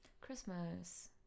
Christmas